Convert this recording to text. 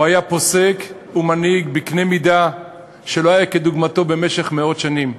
הוא היה פוסק ומנהיג בקנה-מידה שלא היה כדוגמתו במשך מאות שנים.